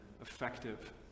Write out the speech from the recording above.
effective